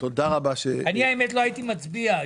אבל בינתיים אנחנו מתנגדים.